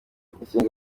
minisitiri